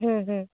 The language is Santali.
ᱦᱩᱸ ᱦᱩᱸ